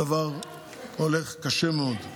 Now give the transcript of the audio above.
הדבר הולך קשה מאוד.